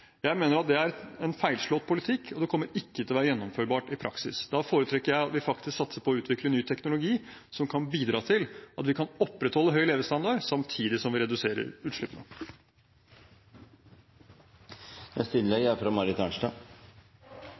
Jeg mener at det er en feilslått politikk, og det kommer ikke til å være gjennomførbart i praksis. Da foretrekker jeg at vi faktisk satser på å utvikle ny teknologi som kan bidra til at vi kan opprettholde høy levestandard samtidig som vi reduserer utslippene. Jeg er